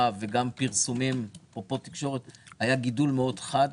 וגם פרסומים בתקשורת היה גידול חד מאוד